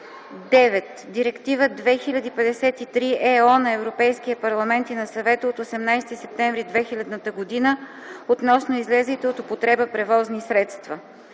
9. Директива 2000/53/ ЕО на Европейския парламент и на Съвета от 18 септември 2000 г. относно излезлите от употреба превозни средства.